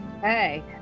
Hey